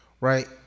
Right